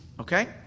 Okay